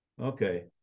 Okay